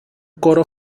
coro